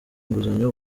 inguzanyo